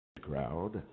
crowd